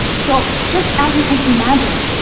so, just as you can imagine,